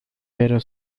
pero